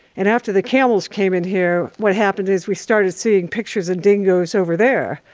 and after the camels came in here, what happened is we started seeing pictures of dingoes over there.